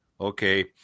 okay